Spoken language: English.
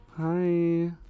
Hi